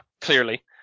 clearly